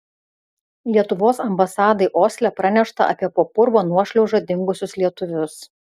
lietuvos ambasadai osle pranešta apie po purvo nuošliauža dingusius lietuvius